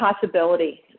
possibility